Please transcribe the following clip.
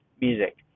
music